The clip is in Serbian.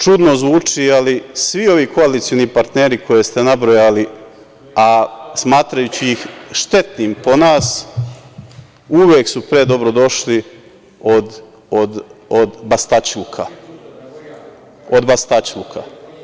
Čudno zvuči ali, svi ovi koalicioni partneri koje ste nabrojali, a smatrajući ih štetnim po nas, uvek su pre dobro došli od bastaćluka.